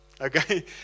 Okay